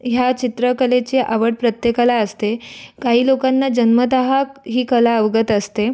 ह्या चित्रकलेची आवड प्रत्येकाला असते काही लोकांना जन्मतः ही कला अवगत असते